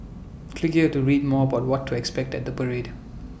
click here to read more about what to expect at the parade